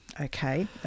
Okay